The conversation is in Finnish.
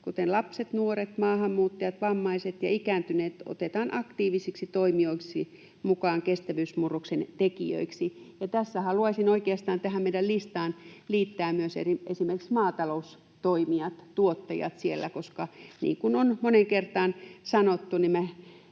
kuten lapset, nuoret, maahanmuuttajat, vammaiset ja ikääntyneet, otetaan aktiivisiksi toimijoiksi mukaan kestävyysmurroksen tekijöiksi. Ja tässä haluaisin oikeastaan tähän meidän listaamme liittää myös esimerkiksi maataloustoimijat, tuottajat siellä, koska niin kuin on moneen kertaan sanottu, me